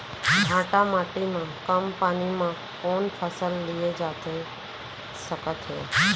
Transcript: भांठा माटी मा कम पानी मा कौन फसल लिए जाथे सकत हे?